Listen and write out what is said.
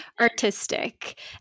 artistic